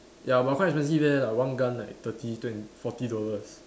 ya but quite expensive leh like one gun like thirty twen~ forty dollars